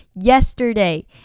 yesterday